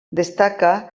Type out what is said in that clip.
destaca